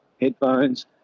headphones